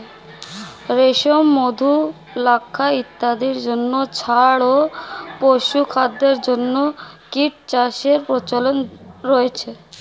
রেশম, মধু, লাক্ষা ইত্যাদির জন্য ছাড়াও পশুখাদ্যের জন্য কীটচাষের প্রচলন রয়েছে